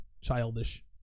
childish